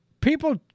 people